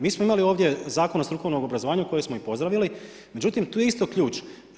Mi smo imali ovdje Zakon o strukovnom obrazovanju kojeg smo i pozdravili, međutim, tu je isto ključ.